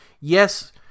yes